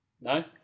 No